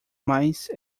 mice